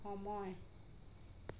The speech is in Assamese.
সময়